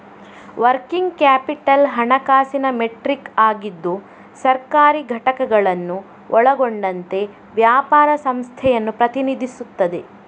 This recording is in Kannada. ವರ್ಕಿಂಗ್ ಕ್ಯಾಪಿಟಲ್ ಹಣಕಾಸಿನ ಮೆಟ್ರಿಕ್ ಆಗಿದ್ದು ಸರ್ಕಾರಿ ಘಟಕಗಳನ್ನು ಒಳಗೊಂಡಂತೆ ವ್ಯಾಪಾರ ಸಂಸ್ಥೆಯನ್ನು ಪ್ರತಿನಿಧಿಸುತ್ತದೆ